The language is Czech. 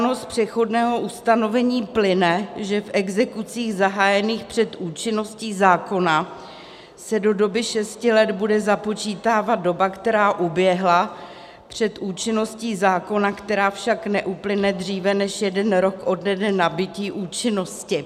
Z přechodného ustanovení plyne, že v exekucích zahájených před účinností zákona se do doby šesti let bude započítávat doba, která uběhla před účinností zákona, která však neuplyne dříve než jeden rok ode dne nabytí účinnosti.